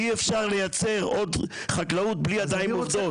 אי אפשר לייצר עוד חקלאות בלי ידיים עובדות.